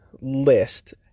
list